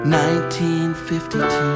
1952